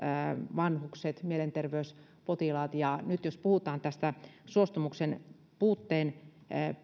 vanhukset mielenterveyspotilaat ja nyt jos puhutaan tästä suostumuksen puutteen